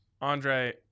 Andre